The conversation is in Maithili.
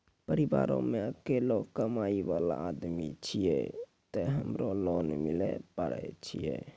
परिवारों मे अकेलो कमाई वाला आदमी छियै ते हमरा लोन मिले पारे छियै?